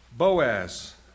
Boaz